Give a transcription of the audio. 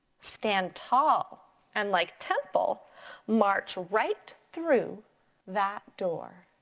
stand tall and like temple march right through that door.